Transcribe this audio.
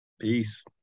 Peace